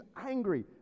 angry